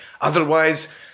Otherwise